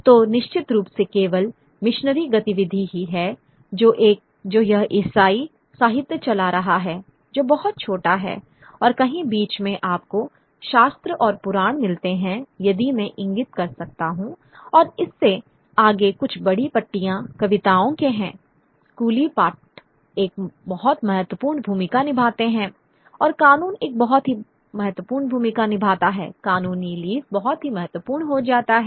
तो निश्चित रूप से केवल मिशनरी गतिविधि ही है जो यह ईसाई साहित्य चला रहा है जो बहुत छोटा है और कहीं बीच में आपको शास्त्र और पुराण मिलते हैं यदि मैं इंगित कर सकता हूं और इससे आगे कुछ बड़ी पट्टियाँ कविताओं के हैं स्कूली पाठ एक बहुत महत्वपूर्ण भूमिका निभाते हैं और कानून एक बहुत ही महत्वपूर्ण भूमिका निभाता है कानूनी लीज़ बहुत महत्वपूर्ण हो जाता है